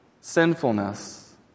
sinfulness